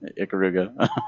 Ikaruga